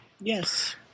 Yes